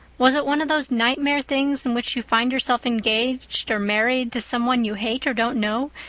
was it one of those nightmare things in which you find yourself engaged or married to some one you hate or don't know,